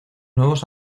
nuevos